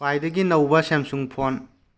ꯈ꯭ꯋꯥꯏꯗꯒꯤ ꯅꯧꯕ Samsung phone